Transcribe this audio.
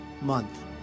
month